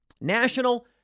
National